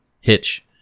Hitch